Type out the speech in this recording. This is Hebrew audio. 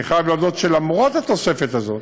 אני חייב להודות שלמרות התוספת הזאת